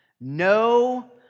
no